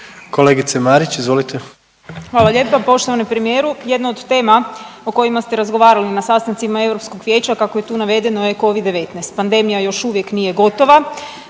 Andreja (SDP)** Hvala lijepa. Poštovani premijeru jedna od tema o kojima ste razgovarali na sastancima Europskog vijeća kako je tu navedeno je Covic-19. Pandemija još uvijek nije gotova,